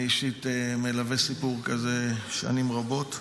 אני אישית מלווה סיפור כזה שנים רבות.